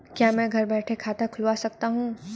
क्या मैं घर बैठे खाता खुलवा सकता हूँ?